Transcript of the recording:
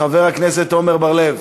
חבר הכנסת עמר בר-לב,